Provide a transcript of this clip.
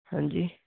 ਹਾਂਜੀ